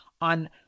on